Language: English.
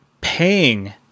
paying